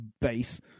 Base